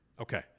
okay